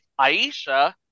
Aisha